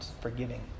forgiving